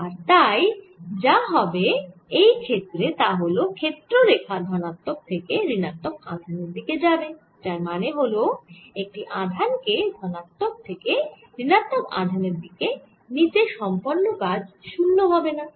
আর তাই যা হবে এই ক্ষেত্রে তা হল ক্ষেত্র রেখা ধনাত্মক থেকে ঋণাত্মক আধানের দিকে যাবে যার মানে হল একটি আধান কে ধনাত্মক থেকে ঋণাত্মক আধানের দিকে নিতে সম্পন্ন কাজ শূন্য হবেনা